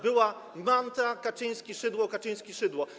Była mantra: Kaczyński - Szydło - Kaczyński - Szydło.